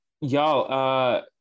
Y'all